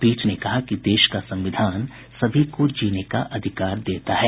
पीठ ने कहा कि देश का संविधान सभी को जीने का अधिकार देता है